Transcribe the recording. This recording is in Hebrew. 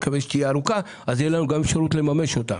אני מקווה שהיא תהיה ארוכה ואז תהיה לנו אפשרות גם לממש אותה.